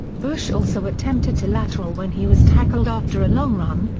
bush also attempted to lateral when he was tackled after a long run,